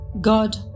God